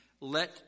let